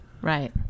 Right